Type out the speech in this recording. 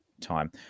time